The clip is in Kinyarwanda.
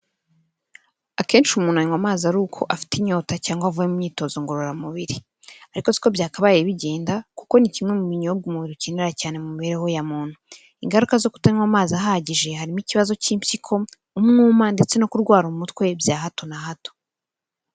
Akenshi umuntu anywa amazi ari uko afite inyota cyangwa avuye mu imyitozo ngororamubiri. Ariko siko byakabaye bigenda kuko ni kimwe mu binyobwa umubiri ukenera cyane mu mibereho ya muntu. Ingaruka zo kutanywa amazi ahagije harimo ikibazo k'impyiko, umwuma ndetse no kurwara umutwe bya hato na hato.